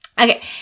Okay